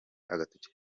agatoki